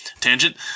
tangent